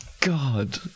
god